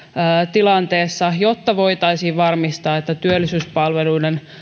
tilanteessa jotta voitaisiin varmistaa että työllisyyspalveluiden